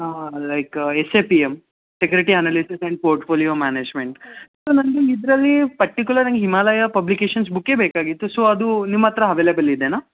ಹಾಂ like S A P M security analysis and portfolio management so ನನಗೆ ಇದರಲ್ಲಿ particular ಆಗಿ ಹಿಮಾಲಯ ಪಬ್ಲಿಕೇಷನ್ಸ್ ಬುಕ್ಕೇ ಬೇಕಾಗಿತ್ತು ಸೊ ಅದು ನಿಮ್ಮ ಹತ್ರ ಹವೈಲೆಬಲ್ ಇದೆಯಾ